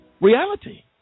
reality